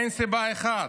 אין סיבה אחת.